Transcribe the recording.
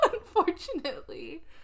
unfortunately